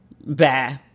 Bah